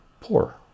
Poor